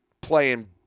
playing